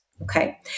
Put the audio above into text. Okay